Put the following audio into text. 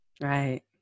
Right